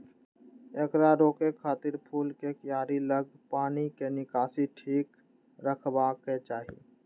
एकरा रोकै खातिर फूलक कियारी लग पानिक निकासी ठीक रखबाक चाही